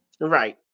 Right